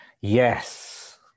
Yes